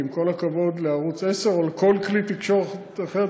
כי עם כל הכבוד לערוץ 10 או לכל כלי תקשורת אחר,